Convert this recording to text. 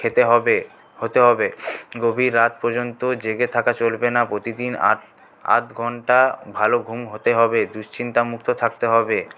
খেতে হবে হতে হবে গভীর রাত পর্যন্ত জেগে থাকা চলবে না প্রতিদিন আট আধ ঘণ্টা ভালো ঘুম হতে হবে দুশ্চিন্তামুক্ত থাকতে হবে